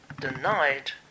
Denied